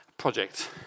Project